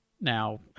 Now